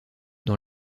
dans